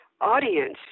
audience